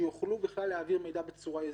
שיוכלו בכלל להעביר מידע בצורה יזומה.